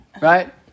right